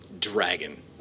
dragon